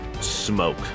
smoke